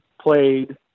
played